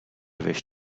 wish